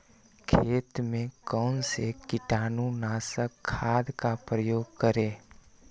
खेत में कौन से कीटाणु नाशक खाद का प्रयोग करें?